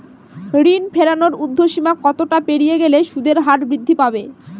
ঋণ ফেরানোর উর্ধ্বসীমা কতটা পেরিয়ে গেলে সুদের হার বৃদ্ধি পাবে?